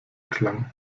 klang